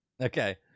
Okay